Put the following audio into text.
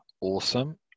Awesome